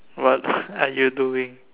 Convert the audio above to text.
what are you doing